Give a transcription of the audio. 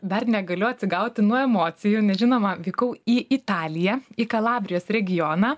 dar negaliu atsigauti nuo emocijų nes žinoma vykau į italiją į kalabrijos regioną